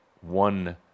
one